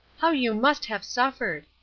how you must have suffered.